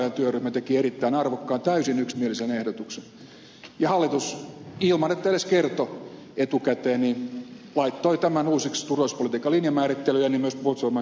korkeaojan työryhmä teki erittäin arvokkaan täysin yksimielisen ehdotuksen ja hallitus ilman että edes kertoi etukäteen laittoi tämän uusiksi turvallisuuspolitiikan linjanmäärittelyjen ja myös puolustusvoimain kehittämisen osalta